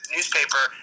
Newspaper